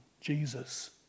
jesus